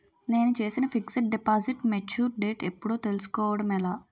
నేను చేసిన fixed deposit mature date ఎప్పుడో తెల్సుకోవడం ఎలా?